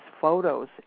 photos